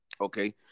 Okay